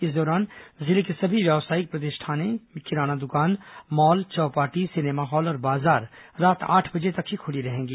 इस दौरान जिले की सभी व्यावसायिक प्रतिष्ठानें किराना दुकान मॉल चौपाटी सिनेमा हॉल और बाजार रात आठ बजे तक ही खुली रहेगी